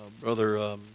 Brother